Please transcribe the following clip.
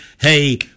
hey